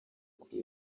kuri